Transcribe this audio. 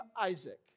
Isaac